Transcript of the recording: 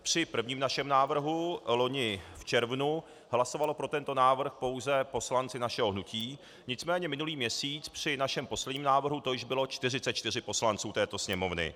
Při prvním našem návrhu vloni v červnu hlasovali pro tento návrh pouze poslanci našeho hnutí, nicméně minulý měsíc při našem posledním návrhu to již bylo 44 poslanců této Sněmovny.